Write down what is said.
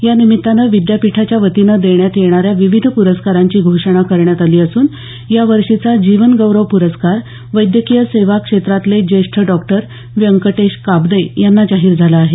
यानिमित्तानं विद्यापीठाच्या वतीनं देण्यात येणाऱ्या विविध प्रस्कारांची घोषणा करण्यात आली असून या वर्षीचा जीवनगौरव प्रस्कार वैद्यकीय सेवा क्षेत्रातले ज्येष्ठ डॉक्टर व्यंकटेश काब्दे यांना जाहीर झाला आहे